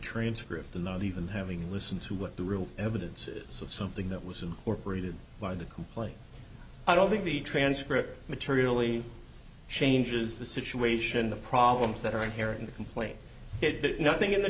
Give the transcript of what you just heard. transcript and not even having listened to what the real evidences of something that was in or paraded by the complaint i don't think the transcript materially changes the situation the problems that are inherent in the complaint it nothing in the